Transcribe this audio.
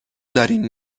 دارین